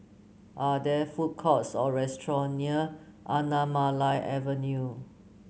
are there food courts or restaurant near Anamalai Avenue